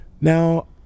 Now